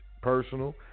personal